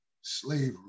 slavery